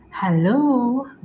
Hello